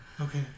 okay